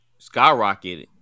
skyrocketed